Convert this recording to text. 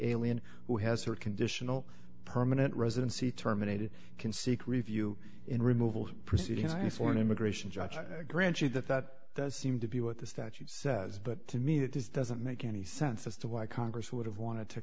alien who has her conditional permanent residency terminated can seek review in removal proceedings and for an immigration judge i grant you that that does seem to be what the statute says but to me it is doesn't make any sense as to why congress would have wanted to